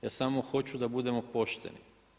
Ja samo hoću da budemo pošteni.